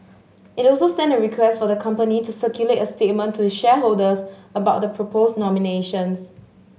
it also sent a request for the company to circulate a statement to its shareholders about the proposed nominations